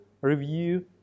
review